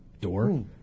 door